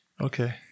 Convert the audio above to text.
Okay